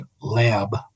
Lab